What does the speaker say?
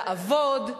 לעבוד,